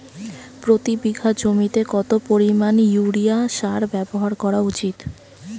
প্রতি বিঘা জমিতে কত পরিমাণ ইউরিয়া সার ব্যবহার করা উচিৎ?